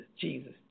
Jesus